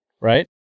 right